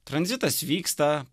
tranzitas vyksta